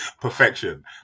Perfection